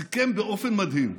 הוא סיכם באופן מדהים,